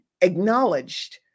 acknowledged